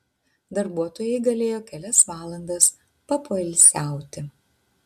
darbuotojai galėjo kelias valandas papoilsiauti